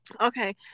okay